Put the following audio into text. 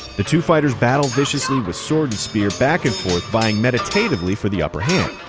the two fighters battle viciously with sword and spear back and forth, vying meditatively for the upper hand.